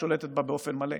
הממשלה שולטת באופן מלא.